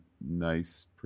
nice